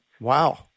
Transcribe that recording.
Wow